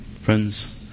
friends